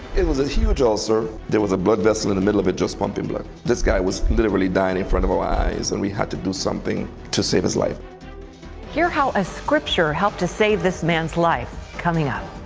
it was a huge ulcer. there was a blood vessel in the middle of it, just pumping blood. this guy was literally dying in front of our eyes, and we had to do something to save his life. wendy hear how a scripture helped to save this man's life, coming up.